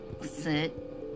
sit